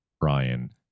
Brian